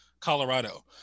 Colorado